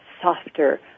softer